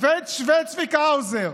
וצביקה האוזר